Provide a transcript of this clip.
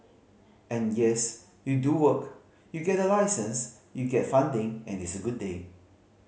and yes you do work you get a license you get funding and it's a good day